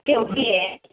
okay okay